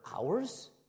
hours